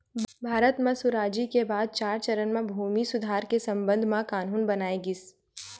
भारत म सुराजी के बाद चार चरन म भूमि सुधार के संबंध म कान्हून बनाए गिस